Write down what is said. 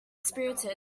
spirited